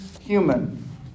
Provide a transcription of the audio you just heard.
human